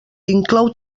inclou